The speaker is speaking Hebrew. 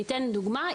לדוגמה,